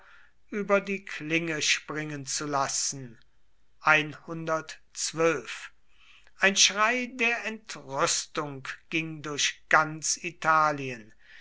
über die klinge springen zu lassen ein schrei der entrüstung ging durch ganz italien